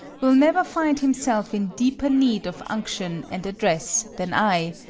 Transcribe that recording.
will never find himself in deeper need of unction and address than i,